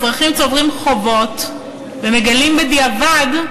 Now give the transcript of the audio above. אזרחים צוברים חובות ומגלים זאת בדיעבד,